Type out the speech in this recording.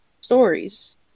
stories